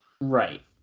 Right